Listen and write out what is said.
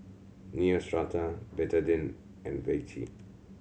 Neostrata Betadine and Vichy